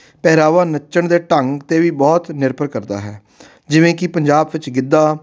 ਪਹਿਰਾਵਾ ਨੱਚਣ ਦੇ ਢੰਗ 'ਤੇ ਵੀ ਬਹੁਤ ਨਿਰਭਰ ਕਰਦਾ ਹੈ ਜਿਵੇਂ ਕਿ ਪੰਜਾਬ ਵਿੱਚ ਗਿੱਧਾ